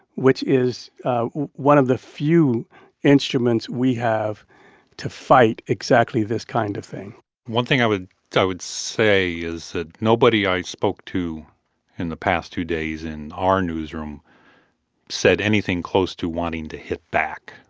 which is one of the few instruments we have to fight exactly this kind of thing one thing i would i would say is that nobody i spoke to in the past two days in our newsroom said anything close to wanting to hit back.